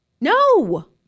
No